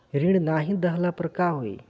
ऋण नही दहला पर का होइ?